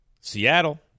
Seattle